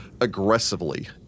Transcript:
aggressively